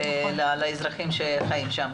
לאזרחים שחיים שם,